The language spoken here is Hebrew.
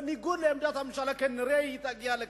בניגוד לעמדת הממשלה, כנראה היא תגיע לכנסת.